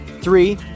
three